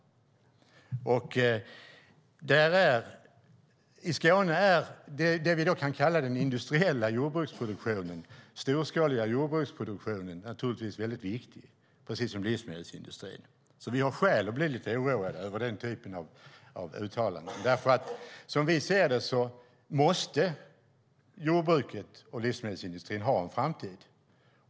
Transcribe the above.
I Skåne är det vi kan kalla den industriella, storskaliga jordbruksproduktionen väldigt viktig, precis som livsmedelsindustrin. Vi har skäl att bli lite oroade över den här typen av uttalanden. Som vi ser det måste jordbruket och livsmedelsindustrin ha en framtid.